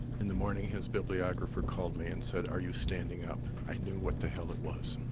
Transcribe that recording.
in the morning, his bibliographer called me and said, are you standing up? i knew what the hell it was.